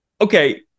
Okay